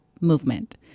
movement